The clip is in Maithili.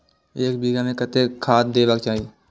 एक बिघा में कतेक खाघ देबाक चाही?